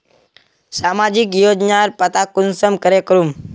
सामाजिक योजनार पता कुंसम करे करूम?